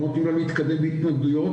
לא נותנים לה להתקדם בלי התנגדויות.